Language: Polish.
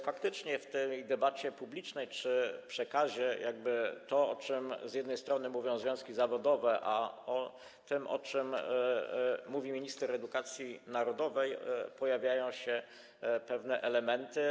Faktycznie w tej debacie publicznej czy przekazie jeśli chodzi o to, o czym z jednej strony mówią związki zawodowe, i o to, o czym mówi minister edukacji narodowej, pojawiają się pewne elementy.